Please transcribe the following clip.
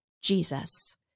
Jesus